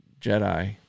Jedi